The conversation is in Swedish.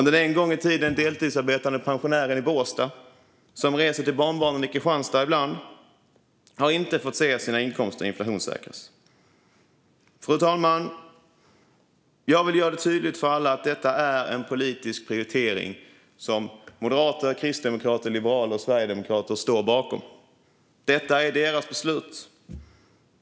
Den en gång i tiden deltidsarbetande pensionären i Båstad som ibland reser till barnbarnen i Kristianstad har inte heller fått se sina inkomster inflationssäkras. Fru talman! Jag vill göra det tydligt för alla att detta är en politisk prioritering som moderater, kristdemokrater, liberaler och sverigedemokrater står bakom. Detta är deras beslut.